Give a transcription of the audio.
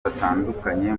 batandukanye